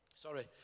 Sorry